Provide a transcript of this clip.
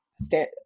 stand